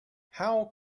how